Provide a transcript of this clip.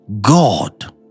God